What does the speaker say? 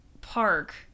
Park